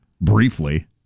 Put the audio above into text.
Briefly